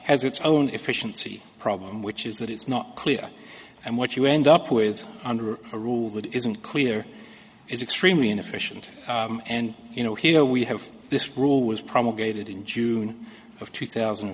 has its own efficiency problem which is that it's not clear and what you end up with under a rule that isn't clear is extremely inefficient and you know here we have this rule was promulgated in june of two thousand and